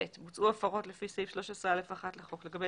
(ב) בוצעו הפרות לפי סעיף 13(א)(1) לחוק לגבי